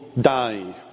die